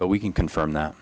but we can confirm that